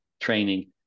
training